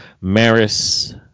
Maris